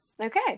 okay